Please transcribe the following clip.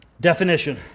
definition